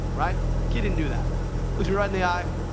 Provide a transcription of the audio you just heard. right. kid didn't do that. looks me right in the eye,